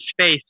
space